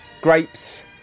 grapes